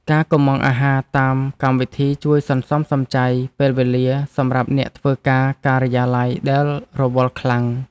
ការកុម្ម៉ង់អាហារតាមកម្មវិធីជួយសន្សំសំចៃពេលវេលាសម្រាប់អ្នកធ្វើការការិយាល័យដែលរវល់ខ្លាំង។